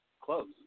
Close